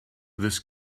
that